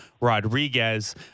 Rodriguez